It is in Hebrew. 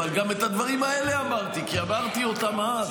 אבל גם את הדברים האלה אמרתי, כי אמרתי אותם אז,